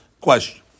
question